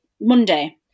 Monday